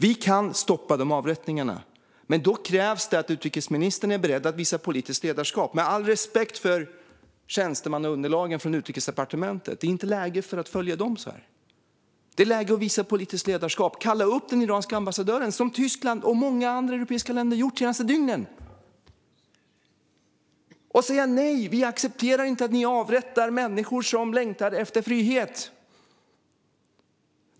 Vi kan stoppa de avrättningarna, men då krävs det att utrikesministern är beredd att visa politiskt ledarskap. Med all respekt för tjänstemannaunderlagen från Utrikesdepartementet är det inte läge att följa dem. Det är läge att visa politiskt ledarskap. Kalla upp den iranske ambassadören, som Tyskland och många andra europeiska länder gjort de senaste dygnen! Säg: Nej, vi accepterar inte att ni avrättar människor som längtar efter frihet!